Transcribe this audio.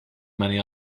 many